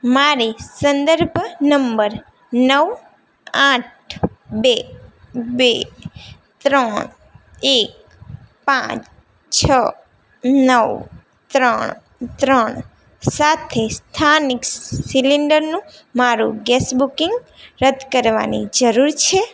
મારે સંદર્ભ નંબર નવ આઠ બે બે ત્રણ એક પાંચ છ નવ ત્રણ ત્રણ સાથે સ્થાનિક સિલિન્ડરનું મારું ગેસ બુકિંગ રદ કરવાની જરૂર છે